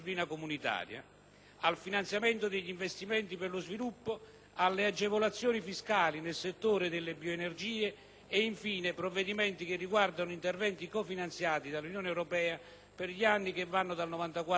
al finanziamento degli investimenti per lo sviluppo, alle agevolazioni fiscali nel settore delle bioenergie e, infine, provvedimenti che riguardano interventi co‑finanziati dall'Unione europea per gli anni dal 1994 al 1999.